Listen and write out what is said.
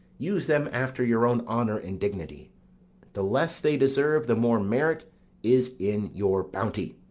use them after your own honour and dignity the less they deserve, the more merit is in your bounty.